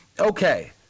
okay